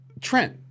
Trent